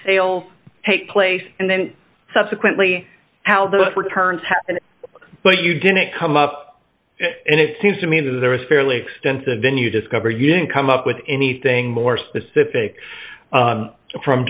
sales take place and then subsequently how those returns but you didn't come up and it seems to me that there was fairly extensive in you discover you didn't come up with anything more specific from